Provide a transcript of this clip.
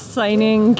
signing